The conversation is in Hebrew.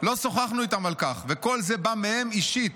לא שוחחנו איתם על כך, וכל זה בא מהם אישית.